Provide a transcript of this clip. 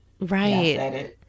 Right